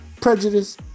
prejudice